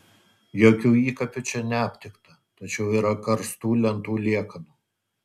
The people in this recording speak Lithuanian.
jokių įkapių čia neaptikta tačiau yra karstų lentų liekanų